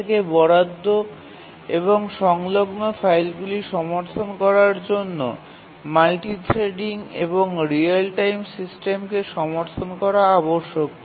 আগে থেকে বরাদ্দ এবং সংলগ্ন ফাইলগুলি সমর্থন করার জন্য মাল্টি থ্রেডিং এবং রিয়েল টাইম ফাইল সিস্টেমকে সমর্থন করা আবশ্যক